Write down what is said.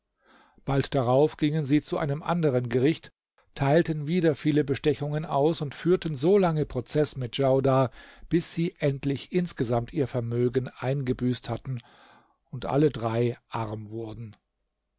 bald darauf gingen sie zu einem anderen gericht teilten wieder viele bestechungen aus und führten solange prozeß mit djaudar bis sie endlich insgesamt ihr vermögen eingebüßt hatten und alle drei arm wurden